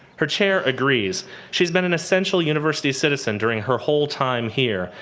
her chair agrees she's been an essential university citizen during her whole time here,